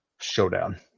showdown